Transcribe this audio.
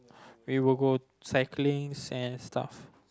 we will go cyclings and stuff